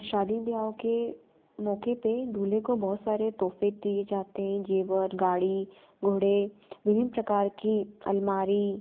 शादी विवाहों के मौके पे दूल्हे को बहुत सारे तोफे दिए जाते हैं जेवर गाड़ी घोड़े विभिन्न प्रकार की अलमारी